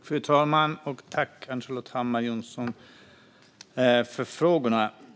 Fru talman! Tack, Ann-Charlotte Hammar Johnsson, för frågorna!